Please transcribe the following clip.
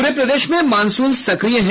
पूरे प्रदेश में मॉनसून सक्रिय है